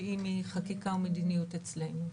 שהיא מחקיקה ומדיניות אצלנו.